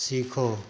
सीखो